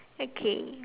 okay